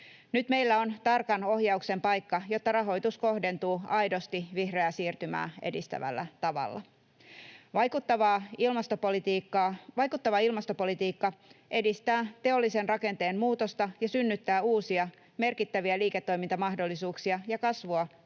Nyt meillä on tarkan ohjauksen paikka, jotta rahoitus kohdentuu aidosti vihreää siirtymää edistävällä tavalla. Vaikuttava ilmastopolitiikka edistää teollisen rakenteen muutosta ja synnyttää uusia merkittäviä liiketoimintamahdollisuuksia ja kasvua,